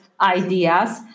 ideas